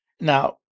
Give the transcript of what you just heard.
Now